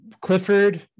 Clifford